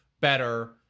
better